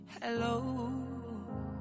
Hello